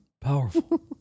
Powerful